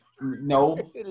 No